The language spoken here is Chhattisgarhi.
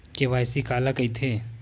के.वाई.सी काला कइथे?